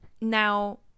now